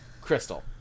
Crystal